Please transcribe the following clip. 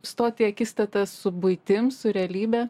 stoti į akistatą su buitim su realybe